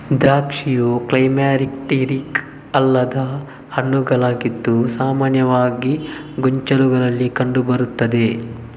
ದ್ರಾಕ್ಷಿಯು ಕ್ಲೈಮ್ಯಾಕ್ಟೀರಿಕ್ ಅಲ್ಲದ ಹಣ್ಣುಗಳಾಗಿದ್ದು ಸಾಮಾನ್ಯವಾಗಿ ಗೊಂಚಲುಗಳಲ್ಲಿ ಕಂಡು ಬರುತ್ತದೆ